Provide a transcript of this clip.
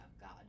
god